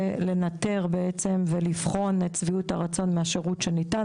לנטר ולבחון את שביעות הרצון מהשירות שניתן.